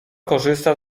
korzysta